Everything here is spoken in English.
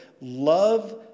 Love